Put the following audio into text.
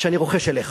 שאני רוחש אליך,